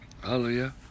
Hallelujah